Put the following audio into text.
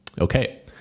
Okay